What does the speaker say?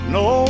no